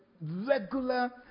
regular